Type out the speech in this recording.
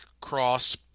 cross